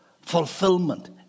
fulfillment